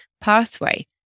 pathway